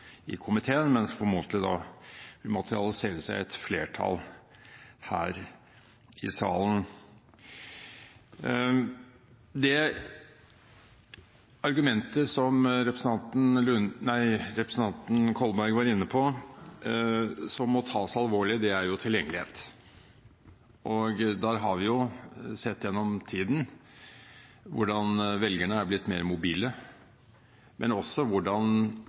i komiteen, men som formodentlig materialiserer seg i et flertall her i salen. Det argumentet representanten Kolberg var inne på, og som må tas alvorlig, er tilgjengelighet. Vi har jo sett gjennom tiden hvordan velgerne er blitt mer mobile, men også hvordan